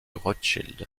rothschild